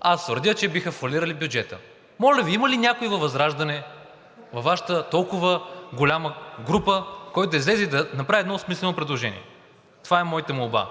аз твърдя, че биха фалирали бюджета. Моля Ви, има ли някой във ВЪЗРАЖДАНЕ, във Вашата толкова голяма група, който да излезе и да направи едно смислено предложение? Това е моята молба.